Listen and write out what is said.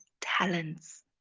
talents